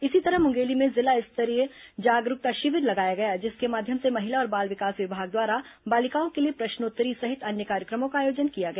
इसी तरह मुंगेली में जिला स्तरीय जागरूकता शिविर लगाया गया जिसके माध्यम से महिला और बाल विकास विभाग द्वारा बालिकाओं के लिए प्रश्नोत्तरी सहित अन्य कार्यक्रमों का आयोजन किया गया